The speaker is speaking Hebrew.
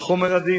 על-פי חומר הדין.